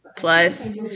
plus